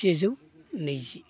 सेजौ नैजि